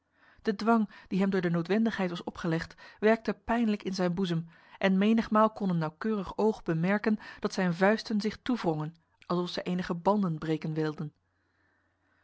de dwang die hem door de noodwendigheid was opgelegd werkte pijnlijk in zijn boezem en menigmaal kon een nauwkeurig oog bemerken dat zijn vuisten zich toewrongen alsof zij enige banden breken wilden